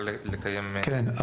כן,